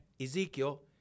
Ezekiel